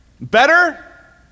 better